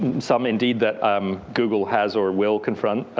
some indeed that um google has or will confront.